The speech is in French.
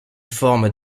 forme